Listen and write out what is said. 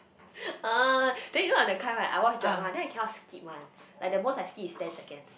oh then you know I'm the kind right I watch drama then I cannot skip [one] like the most I skip is ten seconds